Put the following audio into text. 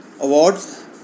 awards